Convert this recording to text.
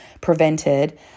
prevented